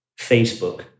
Facebook